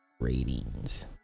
ratings